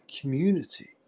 community